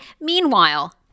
Meanwhile